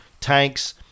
Tanks